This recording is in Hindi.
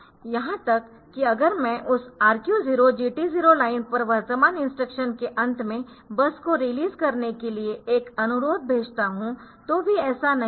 यहां तक कि अगर मैं उस RQ0 GT0 लाइन पर वर्तमान इंस्ट्रक्शन के अंत में बस को रिलीज करने के लिए एक अनुरोध भेजता हूं तो भी ऐसा नहीं होगा